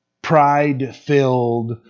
pride-filled